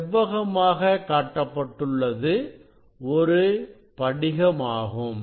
செவ்வகமாக காட்டப்பட்டுள்ளது ஒரு படிகம் ஆகும்